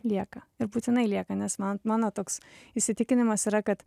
lieka ir būtinai lieka nes man mano toks įsitikinimas yra kad